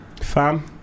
Fam